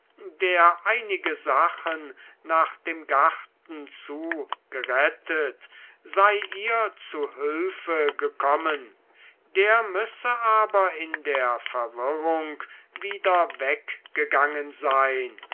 der einige sachen nach dem garten zu gerettet sei ihr zu hülfe gekommen der müsse aber in der verwirrung wieder weggegangen sein